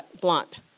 blunt